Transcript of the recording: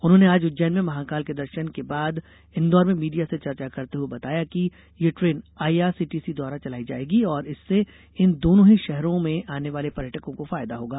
उन्होनें आज उज्जैन में महाकाल के दर्शन के बाद इंदौर में मीडिया से चर्चा करते हुए बताया कि यह ट्रेन आइआरसीटीसी द्वारा चलायी जाएगी और इससे इन दोनों ही षहरों में आने वाले पर्यटकों को फायदा होगा